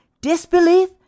disbelief